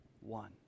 one